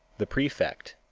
the prefect,